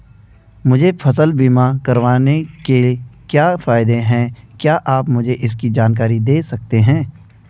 मुझे फसल बीमा करवाने के क्या फायदे हैं क्या आप मुझे इसकी जानकारी दें सकते हैं?